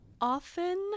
Often